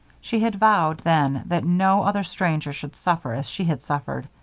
she had vowed then that no other stranger should suffer as she had suffered,